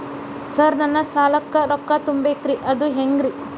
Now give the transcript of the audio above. Sir ನನ್ನ ಸಾಲಕ್ಕ ರೊಕ್ಕ ತುಂಬೇಕ್ರಿ ಅದು ಹೆಂಗ್ರಿ?